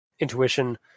Intuition